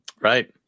Right